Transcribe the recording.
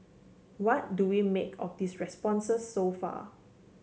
what do we make of these responses so far